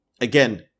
again